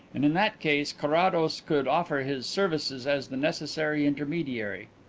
and in that case carrados could offer his services as the necessary intermediary.